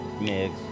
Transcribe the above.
mix